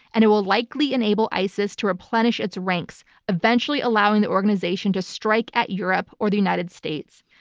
and it will likely enable isis to replenish its ranks eventually allowing the organization to strike at europe or the united states.